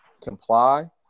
Comply